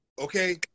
Okay